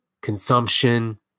consumption